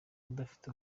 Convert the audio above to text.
udafite